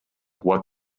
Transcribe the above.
what